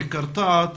מקרטעת,